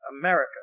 America